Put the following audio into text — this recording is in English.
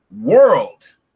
world